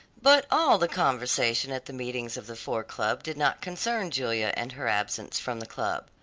but all the conversation at the meetings of the four club did not concern julia and her absence from the club.